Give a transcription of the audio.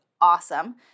awesome